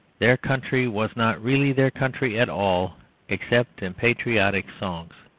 their country was not really their country at all except in patriotic songs.